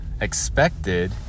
Expected